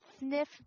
Sniff